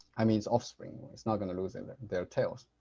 i mean its offspring. it's not going to lose in their their tails.